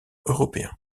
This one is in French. européen